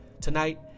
tonight